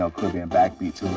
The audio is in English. ah caribbean backbeat to it.